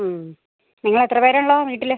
മ് നിങ്ങൾ എത്ര പേരു ഉള്ളത് വീട്ടിൽ